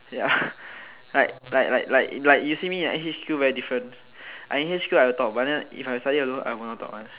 ya like like like like you see me at H_Q very different I in H_Q I will talk but than if I study alone I won't talk [one]